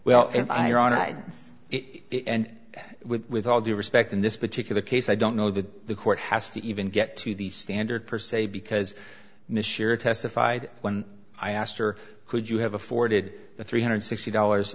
well iran i had it and with all due respect in this particular case i don't know that the court has to even get to the standard per se because michiru testified when i asked her could you have afforded the three hundred and sixty dollars